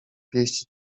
pieścić